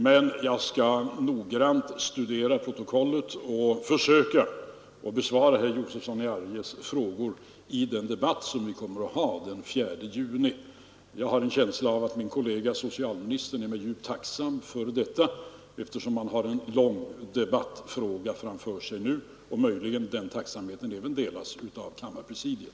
Men jag skall noggrant studera protokollet och försöka besvara herr Josefsons frågor i den debatt som vi kommer att ha den 4 juni. Jag har en känsla av att min kollega socialministern är mig djupt tacksam för detta, eftersom han har en lång debattfråga framför sig nu — och möjligen delas tacksamheten även av kammarpresidiet.